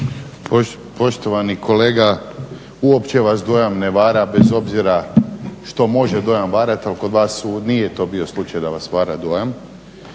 Poštovani kolega, uopće vas dojam ne vara bez obzira što može dojam varati. Ali kod vas nije to bio slučaj da vas vara dojam.